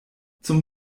zum